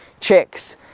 chicks